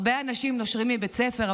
הרבה אנשים נושרים מבית הספר,